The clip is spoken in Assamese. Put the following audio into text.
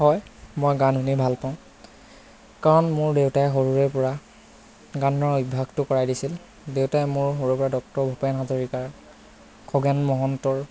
হয় মই গান শুনি ভাল পাওঁ কাৰণ মোৰ দেউতাই সৰুৰে পৰা গানৰ অভ্যাসটো কৰাই দিছিল দেউতাই মোৰ সৰুৰে পৰা ডক্টৰ ভূপেন হাজৰিকাৰ খগেন মহন্তৰ